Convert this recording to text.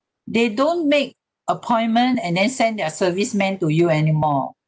they don't make appointment and then send their service men to you anymore